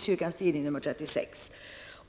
'Kyrkans Tidning nr 36'.